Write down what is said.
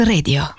Radio